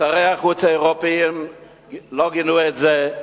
שרי החוץ האירופים לא גינו את זה,